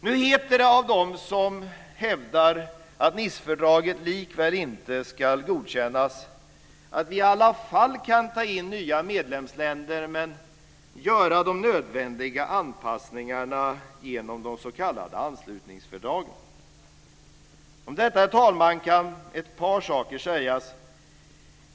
Nu heter det bland dem som hävdar att Nicefördraget likväl inte ska godkännas att vi i alla fall kan ta in nya medlemsländer men göra de nödvändiga anpassningarna genom de s.k. anslutningsfördragen. Om detta, herr talman, kan ett par saker sägas.